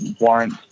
warrant